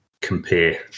compare